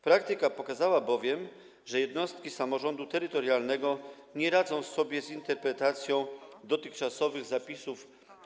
Praktyka pokazała bowiem, że jednostki samorządu terytorialnego nie radzą sobie z interpretacją dotychczasowych zapisów